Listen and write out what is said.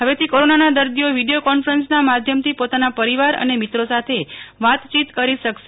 હવેથી કોરોનાના દર્દીઓ વીડીયો કોન્ફરન્સના માધ્યમથી પોતાના પરીવાર અને મિત્રો સાથે વાતયીત કરી શકશે